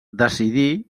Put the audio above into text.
decidí